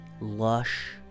lush